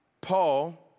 Paul